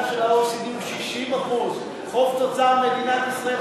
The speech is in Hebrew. וההמלצה של ה-OECD זה 60%. חוב תוצר במדינת ישראל,